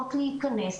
מאושרות להיכנס.